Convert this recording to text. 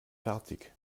fertig